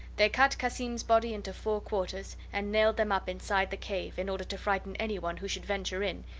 they cut cassim's body into four quarters, and nailed them up inside the cave, in order to frighten anyone who should venture in,